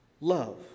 love